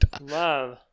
Love